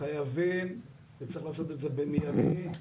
חייבים וצריך לעשות את זה במיידי,